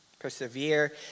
Persevere